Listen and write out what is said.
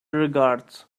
regards